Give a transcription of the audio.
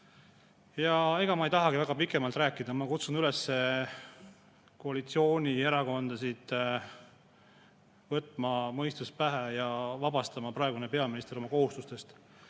Ega ma ei tahagi pikemalt rääkida. Ma kutsun üles koalitsioonierakondasid võtma mõistus pähe ja vabastama praeguse peaministri tema kohustustest.